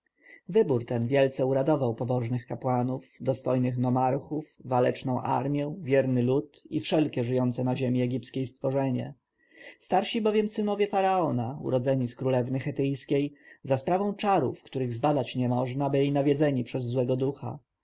wybór ten wielce uradował pobożnych kapłanów dostojnych nomarchów waleczną armję wierny lud i wszelkie żyjące na ziemi egipskiej stworzenie starsi bowiem synowie faraona urodzeni z królewny chetyjskiej za sprawą czarów których zbadać nie można byli nawiedzeni przez złego ducha